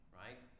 right